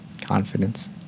confidence